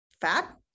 fat